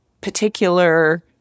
particular